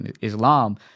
Islam